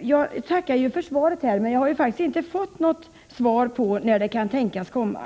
Jag tackade tidigare för svaret, men jag har faktiskt inte fått något svar på frågan när polishuset kan tänkas komma